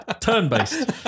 Turn-based